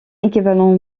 équivalent